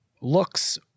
looks